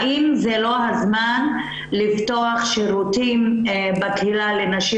האם זה לא הזמן לפתוח שירותים בקהילה לנשים